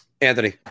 Anthony